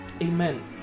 Amen